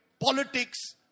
politics